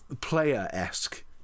player-esque